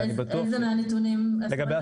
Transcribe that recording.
איזה מהנתונים?